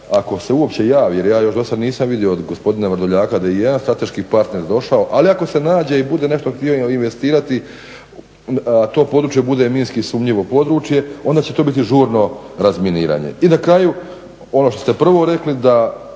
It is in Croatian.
ako se uopće javi, jer ja još do sada nisam vidio od gospodina Vrdoljaka da je i jedan strateški partner došao. Ali ako se nađe i bude nešto htio investirati to područje bude minski sumnjivo područje, onda će to biti žurno razminiranje. I na kraju ono što ste prvo rekli da,